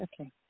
Okay